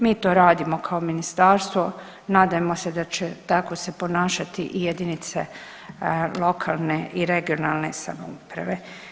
Mi to radimo kao ministarstvo, nadajmo se da će tako se ponašati i jedinice lokalne i regionalne samouprave.